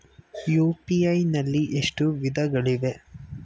UPI ನಲ್ಲಿ ಎಷ್ಟು ವಿಧಗಳಿವೆ?